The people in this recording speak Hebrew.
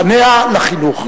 פניה לחינוך.